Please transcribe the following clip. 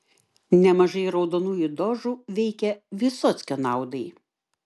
nemažai raudonųjų dožų veikė vysockio naudai